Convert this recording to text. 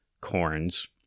corns